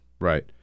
Right